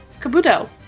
Kabuto